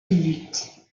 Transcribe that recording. minute